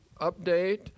update